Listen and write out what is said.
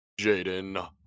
Jaden